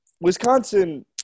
Wisconsin